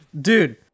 Dude